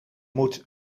moet